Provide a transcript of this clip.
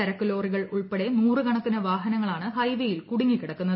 ചരക്കു ലോറികൾ ഉൾപ്പെടെ നൂറുകണക്കിന് വാഹനങ്ങളാണ് ഹൈവേയിൽ കുടുങ്ങി കിടക്കുന്നത്